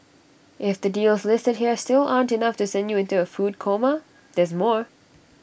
if the deals listed here still aren't enough to send you into A food coma there's more